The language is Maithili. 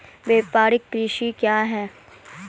व्यापारिक कृषि क्या हैं?